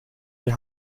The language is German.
die